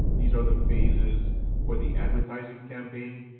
these are the phases for the advertising campaign.